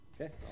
okay